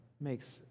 makes